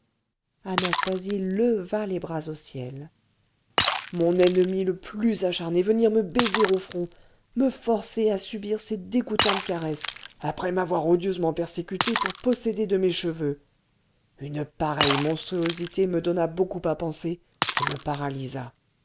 anastasie leva les bras au ciel mon ennemi le plus acharné venir me baiser au front me forcer à subir ses dégoûtantes caresses après m'avoir odieusement persécuté pour posséder de mes cheveux une pareille monstruosité me donna beaucoup à penser et me paralysa